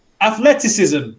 athleticism